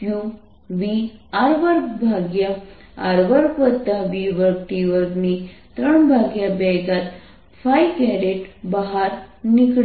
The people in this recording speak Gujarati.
qvR2R2v2t232 બહાર નીકળે છે